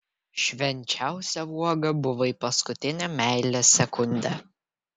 švenčiausia uoga buvai paskutinę meilės sekundę